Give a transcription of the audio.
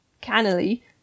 cannily